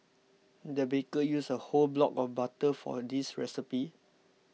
the baker used a whole block of butter for this recipe